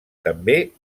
també